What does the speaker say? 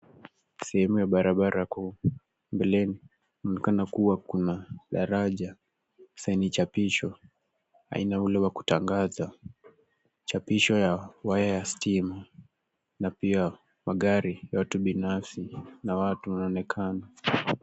Sehemu ya barabara kuu, mbeleni inaonekana kuwa kuna daraja. Sainichapisho aina ile ya kutangaza, chapisho ya waya ya stima, na pia magari ya watu binafsi na watu wanaonekana.